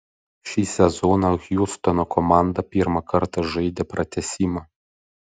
šį sezoną hjustono komanda pirmą kartą žaidė pratęsimą